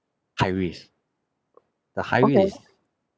high risk the high risk